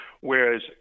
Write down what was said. Whereas